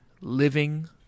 living